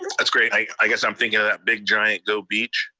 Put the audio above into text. that's great. i guess i'm thinking of that big giant go beach